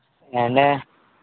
యేండి